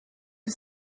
was